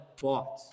bought